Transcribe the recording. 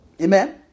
Amen